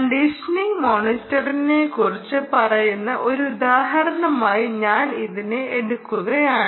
condition മോണിറ്ററിംഗിനെക്കുറിച്ച് പറയുന്ന ഒരു ഉദാഹരണമായി ഞാൻ ഇതിനെ എടുക്കുകയാണ്